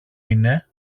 είναι